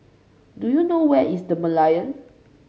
do you know where is The Merlion